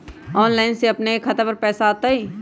Online से अपने के खाता पर पैसा आ तई?